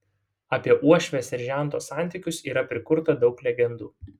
apie uošvės ir žento santykius yra prikurta daug legendų